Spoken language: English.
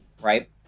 right